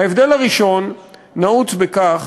ההבדל הראשון נעוץ בכך